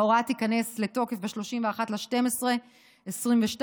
ההוראה תיכנס לתוקף ב-31 בדצמבר 2022,